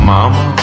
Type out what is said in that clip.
Mama